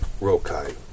Rokai